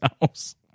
house